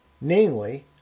namely